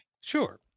Sure